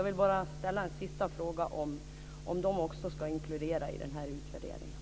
Jag vill bara ställa den sista frågan om de också ska inkluderas i utvärderingen.